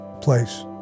place